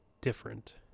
different